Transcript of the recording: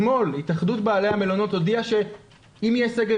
אתמול הודיעה התאחדות בעלי המלונות שאם יהיה סגר